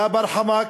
לא ברחמכ,